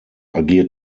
agiert